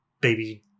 baby